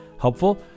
helpful